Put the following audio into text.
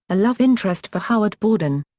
a love interest for howard borden.